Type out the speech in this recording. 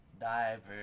divers